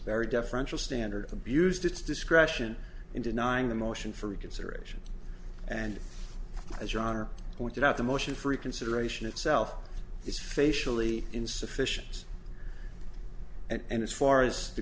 very deferential standard abused its discretion in denying the motion for reconsideration and as your honor pointed out the motion for reconsideration itself is facially insufficient and as far as the